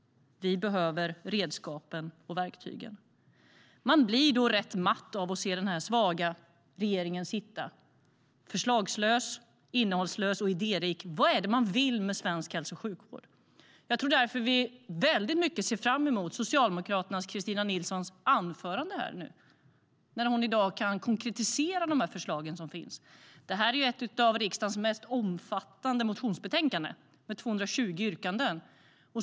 De behöver redskapen och verktygen. Detta betänkande är ett av riksdagens mest omfattande motionsbetänkanden, med 220 yrkanden.